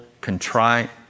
contrite